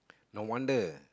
no wonder